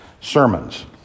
sermons